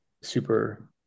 super